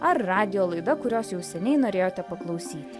ar radijo laida kurios jau seniai norėjote paklausyti